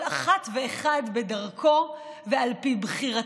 כל אחת ואחד בדרכו ועל פי בחירתו.